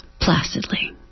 placidly